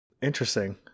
Interesting